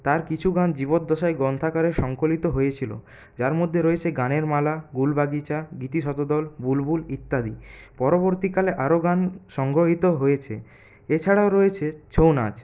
তার কিছু গান জীবদ্দশায় গ্রন্থাগারে সংকলিত হয়েছিলো যার মধ্যে রয়েছে গানের মালা গুলবাগিচা গীতি শতদল বুলবুল ইত্যাদি পরবর্তীকালে আরও গান সংগ্রহীত হয়েছে এছাড়াও রয়েছে ছৌ নাচ